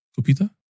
Copita